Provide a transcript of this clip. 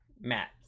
Matt